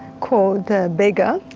called beggar.